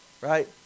Right